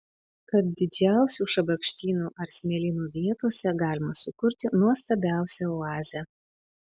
kad didžiausių šabakštynų ar smėlynų vietose galima sukurti nuostabiausią oazę